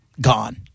Gone